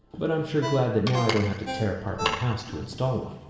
but i'm sure glad that now i don't have to tear apart my house to install one.